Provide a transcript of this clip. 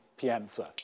Pienza